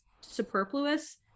superfluous